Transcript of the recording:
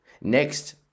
Next